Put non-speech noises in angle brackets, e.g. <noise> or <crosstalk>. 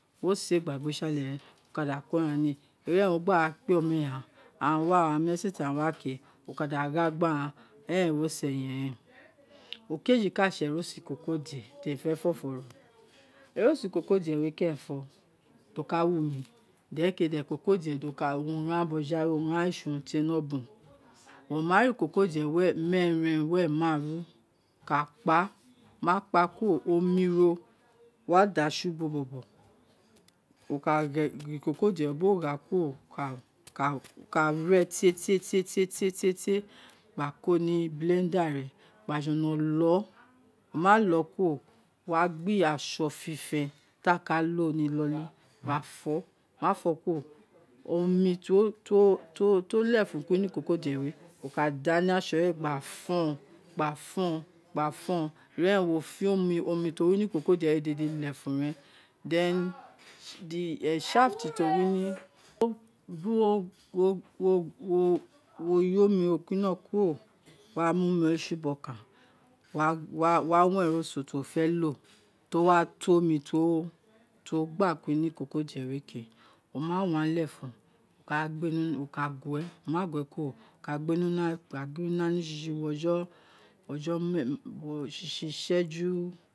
Wo se gba gbe si ale rẹn <unintelligible> wo ka da ko aghan ni va eren wo kpe aghan oma ghan aghan wa o aghan mu esete ghan wa ke e̱rẹn ẹroso ẹyẹn ren okeji ka ṣe ẹroso ikokodie te mi fe fo o̱fo ro eroso usosodie eē se̱re̱nfo do ka ovu ni dereke ikosodie wē ḏe oka wi ushan bojoghawe èè si lefun tie ni ọbọn meeren were maaru wo ka kpe wo ma kpa kuro oniyo wada si ubo bọbọ wo ka gha ikosodie wo ma gha suro <noise> <hesitation> wo ka re bietietie gbo ko ni blendei rẹi gba jolo lo wo malo isuro gba gba eso fifen ti aka lo ni luoli gba fọ wo mafo kuro <noise> omi ti wo lefun ni iko kodie we wo ka da ni eso gba fon gbafon ira eren wofo̱n ami ti o wini ikokode we lefun then <noise> the shaft ti o wino <noise> <hesitation> wo yo mi we kuri ino kuro gba gbe si ubo okan <hesitation> wa wan eroso ti wo feloti ti owato omi ti owo gba ni luo ikokodie we ke wo ma wan lefun wo ka gue wo ma gue kuro, wo ka gbe ni una we ni sisi ughojo, sisi uṣẹju.